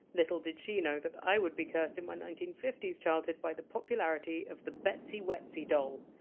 little did she know that i would be cursed in my nineteen fifty s childhood by the popularity of the betsy wetsy doll.